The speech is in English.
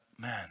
man